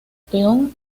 peón